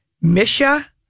Misha